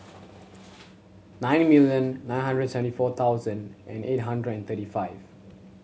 nine million nine hundred seventy four thousand and eight hundred and thirty five